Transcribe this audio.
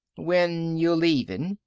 when you leavin'?